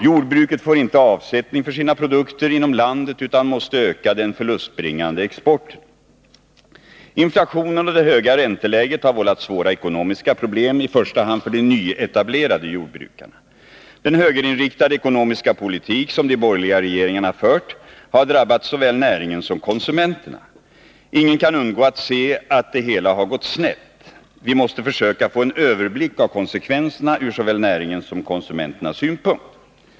Jordbruket får inte avsättning för sina produkter inom landet utan måste öka den förlustbringande exporten. Inflationen och det höga ränteläget har vållat svåra ekonomiska problem i första hand för de nyetablerade jordbrukarna. Den högerinriktade ekonomiska politik som de borgerliga regeringarna fört har drabbat såväl näringen som konsumenterna. Ingen kan undgå att se att det hela gått snett. Vi måste försöka få en överblick av konsekvenserna ur såväl näringens som konsumenternas synpunkt.